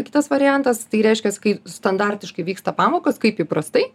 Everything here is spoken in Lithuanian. kitas variantas tai reiškias kai standartiškai vyksta pamokos kaip įprastai